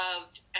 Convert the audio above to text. loved